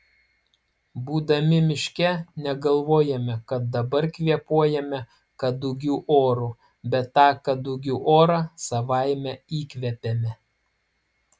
būdami miške negalvojame kad dabar kvėpuojame kadugių oru bet tą kadugių orą savaime įkvepiame